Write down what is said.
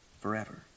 forever